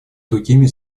другими